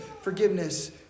forgiveness